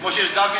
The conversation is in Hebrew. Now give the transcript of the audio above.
כמו שיש דוד ודוד.